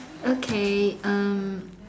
okay um